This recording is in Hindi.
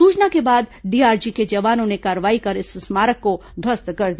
सूचना के बाद डीआरजी के जवानों ने कार्रवाई कर इस स्मारक को ध्वस्त कर दिया